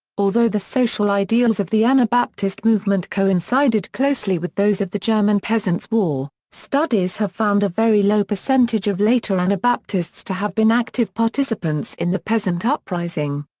although the social ideals of the anabaptist movement coincided closely with those of the german peasants' war, studies have found a very low percentage of later anabaptists to have been active participants in the peasant uprising.